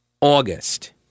August